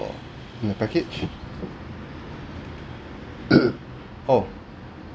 in the package oh